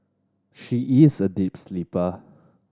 she is a deep sleeper